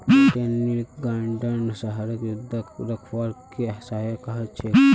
botanical गार्डनो शहरक शुद्ध रखवार के सहायक ह छेक